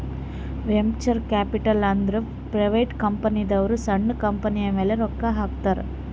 venture capital ಅಂದುರ್ private ಕಂಪನಿದವ್ರು ಸಣ್ಣು ಕಂಪನಿಯ ಮ್ಯಾಲ ರೊಕ್ಕಾ ಹಾಕ್ತಾರ್